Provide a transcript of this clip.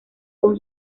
con